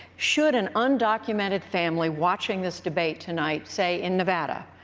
should an undocumented family watching this debate tonight, say, in nevada,